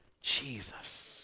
jesus